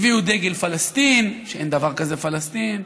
הביאו דגל פלסטין, שאין דבר כזה, פלסטין,